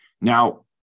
Now